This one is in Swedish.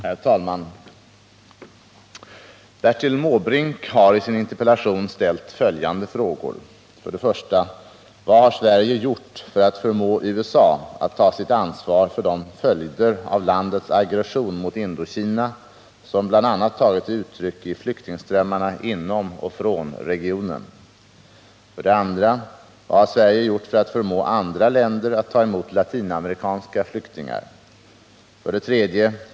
Herr talman! Bertil Måbrink har i sin interpellation ställt följande frågor: 1. Vad har Sverige gjort för att förmå USA att ta sitt ansvar för de följder av landets aggression mot Indokina som bl.a. tagit sig uttryck i flyktingströmmarna inom och från regionen? 2. Vad har Sverige gjort för att förmå andra länder att ta emot latinamerikanska flyktingar? 3.